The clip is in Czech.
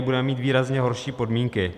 Budeme mít výrazně horší podmínky.